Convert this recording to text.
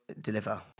deliver